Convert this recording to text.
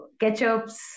ketchups